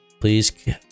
please